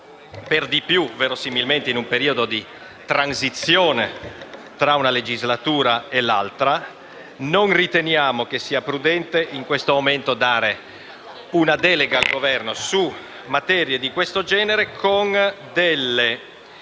per di più, verosimilmente in un periodo di transizione tra una legislatura e l'altra. Non riteniamo pertanto prudente, in questo momento, dare una delega al Governo su materie di questo genere, con un